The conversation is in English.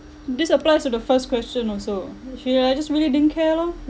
this applies to the first question also she like just really didn't care lor